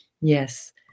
yes